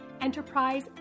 enterprise